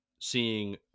seeing